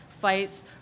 fights